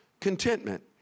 contentment